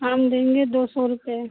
हम देंगे दो सौ रुपये